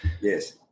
Yes